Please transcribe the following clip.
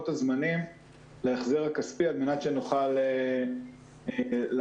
הזמנים להחזר הכספי כדי שנוכל לסייע.